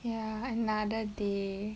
ya another day